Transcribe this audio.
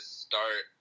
start